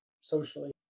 socially